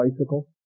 bicycle